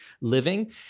living